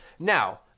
Now